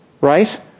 right